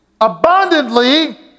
abundantly